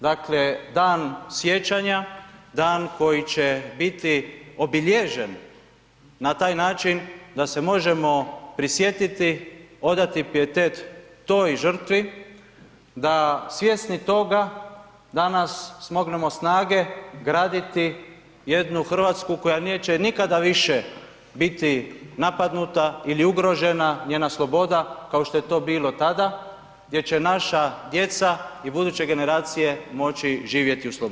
Dakle, dan sjećanja, dan koji će biti obilježen na taj način da se možemo prisjetiti, odati pijetete toj žrtvi da svjesni toga danas smognemo snage graditi jednu Hrvatsku koja neće nikada više biti napadnuta ili ugrožena, njena sloboda kao što je to bilo dana, gdje će naša djeca i buduće generacije moći živjeti u slobodi.